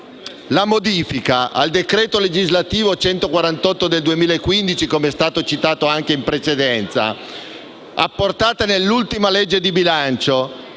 La modifica al decreto legislativo n. 148 del 2015, come è stato citato in precedenza, apportata nell'ultima legge di bilancio